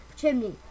chimney